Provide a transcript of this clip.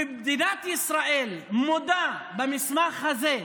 ומדינת ישראל מודה במסמך הזה,